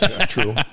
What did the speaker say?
True